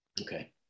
Okay